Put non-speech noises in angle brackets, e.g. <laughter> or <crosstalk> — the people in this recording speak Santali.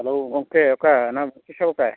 ᱦᱮᱞᱳ ᱜᱚᱢᱠᱮ ᱚᱠᱟ ᱱᱚᱣᱟ ᱫᱚ <unintelligible>